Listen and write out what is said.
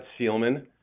Seelman